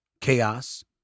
chaos